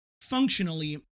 functionally